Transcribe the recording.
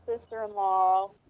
sister-in-law